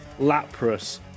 Lapras